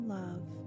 love